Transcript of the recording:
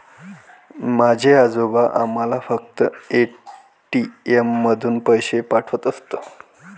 माझे आजोबा आम्हाला फक्त ए.टी.एम मधून पैसे पाठवत असत